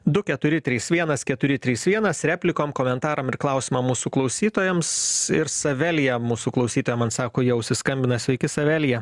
du keturi trys vienas keturi trys vienas replikom komentaram ir klausimą mūsų klausytojams ir savelija mūsų klausytoja man atsako į ausį skambina sveiki savelija